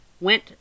went